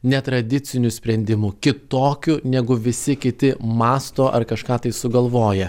netradicinių sprendimų kitokių negu visi kiti mąsto ar kažką tai sugalvoja